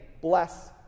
bless